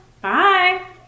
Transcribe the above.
Bye